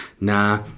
Nah